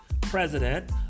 president